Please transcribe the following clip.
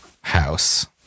house